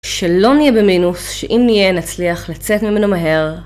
שלא נהיה במינוס שאם נהיה נצליח לצאת ממנו מהר.